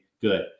good